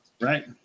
Right